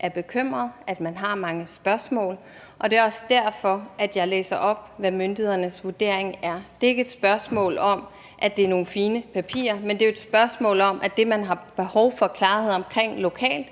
er bekymret, at man har mange spørgsmål, og det er også derfor, jeg læser op, hvad myndighedernes vurdering er. Det er ikke et spørgsmål om, at det er nogle fine papirer, men det er jo et spørgsmål om, at det, man har behov for klarhed omkring lokalt,